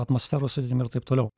atmosferos sudėtim ir taip toliau